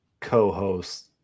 co-host